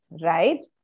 right